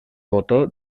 botó